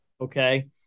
okay